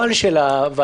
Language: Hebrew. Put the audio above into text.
היועץ המשפטי --- ברשותכם,